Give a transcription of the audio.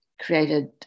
created